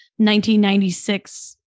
1996